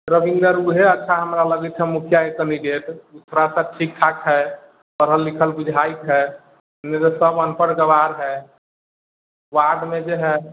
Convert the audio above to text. रवीन्द्र उएह अच्छा हमरा लगैत छै मुखियाके कैंडिडेट ओ थोड़ा सा ठीक ठाक हइ पढ़ल लिखल बुझाइत हए नहि तऽ सभ अनपढ़ गँवार हए वार्डमे जे हए